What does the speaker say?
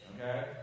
Okay